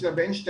נדמה לי ב-12N,